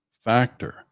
factor